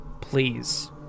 Please